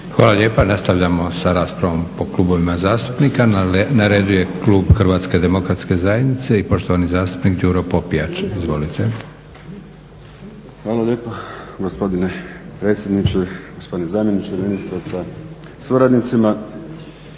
Hvala lijepa. Nastavljamo sa raspravom po klubovima zastupnika. Na redu je klub HDZ-a i poštovani zastupnik Đuro Popijač. Izvolite. **Popijač, Đuro (HDZ)** Hvala lijepa gospodine predsjedniče, gospodine zamjeniče ministra sa suradnicima.